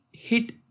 hit